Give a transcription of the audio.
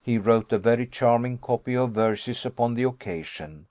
he wrote a very charming copy of verses upon the occasion